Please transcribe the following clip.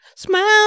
Smile